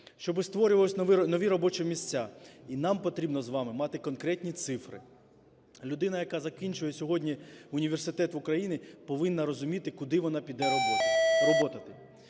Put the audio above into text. щоби створювалися нові робочі місця. Нам потрібно з вами мати конкретні цифри. Людина, яка закінчує сьогодні університет України, повинна розуміти, куди вона піде робити;